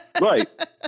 Right